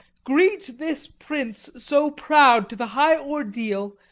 greet this prince so proud to the high ordeal,